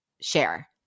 share